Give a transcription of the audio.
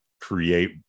create